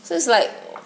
so it's like